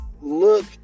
look